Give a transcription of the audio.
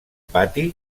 pati